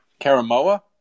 Karamoa